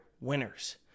winners